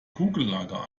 kugellager